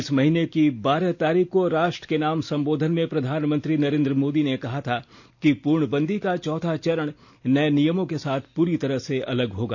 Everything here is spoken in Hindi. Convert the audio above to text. इस महीने की बारह तारीख को राष्ट्र के नाम संबोधन में प्रधानमंत्री नरेन्द्र मोदी ने कहा था कि पूर्ण बंदी का चौथा चरण नये नियमों के साथ प्ररी तरह से अलग होगा